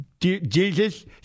Jesus